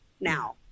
Now